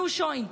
נו, שוין.